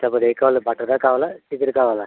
చెప్పండి ఏం కావాలి మటను కావాలా చికెన్ కావాలా